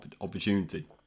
opportunity